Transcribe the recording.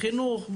בחינוך,